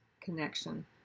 connection